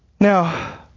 Now